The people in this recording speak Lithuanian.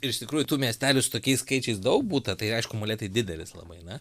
ir iš tikrųjų tų miestelių su tokiais skaičiais daug būta tai aišku molėtai didelis labai na